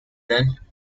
then